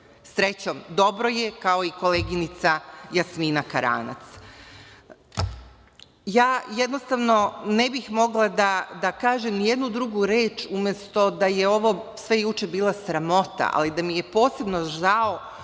Srećom, dobro je, kao i koleginica Jasmina Karanac. Ne bih mogla da kažem nijednu drugu reč nego da je ovo sve juče bila sramota, ali da mi je posebno žao